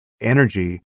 energy